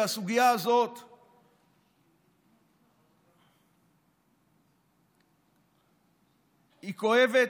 הסוגיה הזאת היא כואבת,